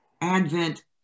Advent